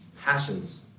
passions